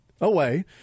away